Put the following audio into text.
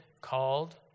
called